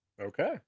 Okay